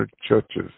churches